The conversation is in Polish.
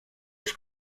już